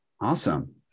Awesome